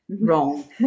wrong